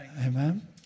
Amen